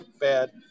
bad